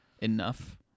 enough